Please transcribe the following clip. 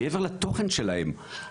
מעבר לתוכן שלהם,